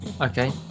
okay